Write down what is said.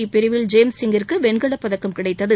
இப்பிரிவில் James சிங்கிற்கு வெண்கலப்பதக்கம் கிடைத்தது